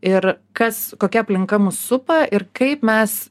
ir kas kokia aplinka mus supa ir kaip mes